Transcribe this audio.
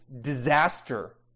disaster